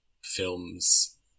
films